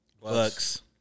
Bucks